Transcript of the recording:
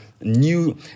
new